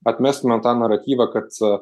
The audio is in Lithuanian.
atmestumėm tą naratyvą kad